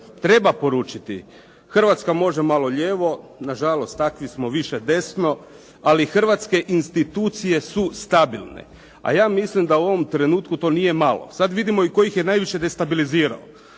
treba poručiti, Hrvatska može malo lijevo, nažalost takvi smo, više desno, ali hrvatske institucije su stabilne, a ja mislim da u ovom trenutku to nije malo. Sad vidimo i tko ih je najviše destabilizirao.